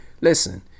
Listen